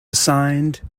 assigned